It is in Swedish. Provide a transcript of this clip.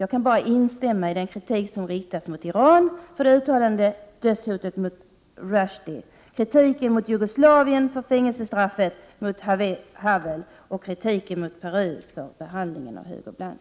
Jag kan bara instämma i den kritik som riktas mot Iran för det uttalade dödshotet mot Rushdie, i kritiken mot Tjeckoslovakien för Havels fängelsestraff och i kritiken mot Peru för behandlingen av Hugo Blanco.